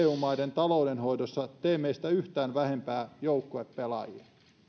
maiden taloudenhoidossa tee meistä yhtään vähempää joukkuepelaajia